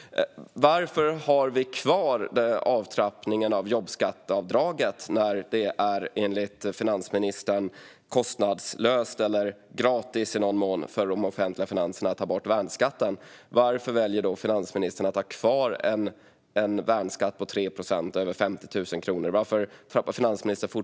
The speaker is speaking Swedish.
Varför har vi kvar avtrappningen av jobbskatteavdraget när det enligt finansministern är kostnadslöst eller gratis i någon mån för de offentliga finanserna att ta bort värnskatten? Varför väljer då finansministern att ha kvar en värnskatt på 3 procent över 50 000 kronor?